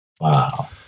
Wow